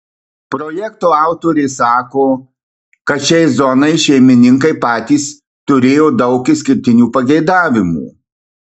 projekto autorė sako kad šiai zonai šeimininkai patys turėjo daug išskirtinių pageidavimų